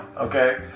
okay